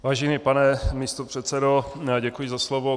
Vážený pane místopředsedo, děkuji za slovo.